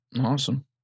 Awesome